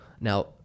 Now